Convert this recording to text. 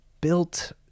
built